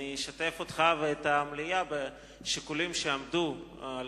אני אשתף אותך ואת המליאה בשיקולים שעמדו על